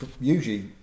usually